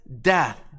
death